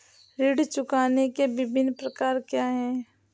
ऋण चुकाने के विभिन्न प्रकार क्या हैं?